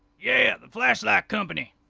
yeah the flashlight company.